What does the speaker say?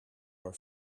were